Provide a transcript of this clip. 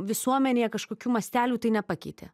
visuomenėje kažkokių mastelių tai nepakeitė